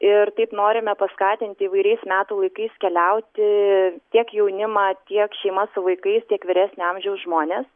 ir taip norime paskatinti įvairiais metų laikais keliauti tiek jaunimą tiek šeimas su vaikais tiek vyresnio amžiaus žmones